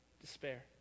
Despair